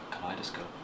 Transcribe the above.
kaleidoscope